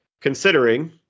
Considering